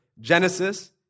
Genesis